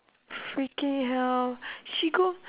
freaking hell she go